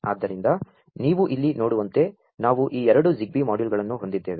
ಆದ್ದರಿಂ ದ ನೀ ವು ಇಲ್ಲಿ ನೋ ಡು ವಂ ತೆ ನಾ ವು ಈ ಎರಡು ZigBee ಮಾ ಡ್ಯೂ ಲ್ಗಳನ್ನು ಹೊಂ ದಿದ್ದೇ ವೆ